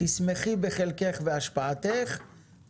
תשמחי בחלקך והשפעתך,